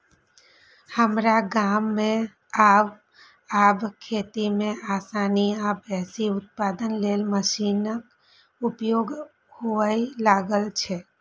हमरा गाम मे आब खेती मे आसानी आ बेसी उत्पादन लेल मशीनक उपयोग हुअय लागल छै